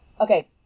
okay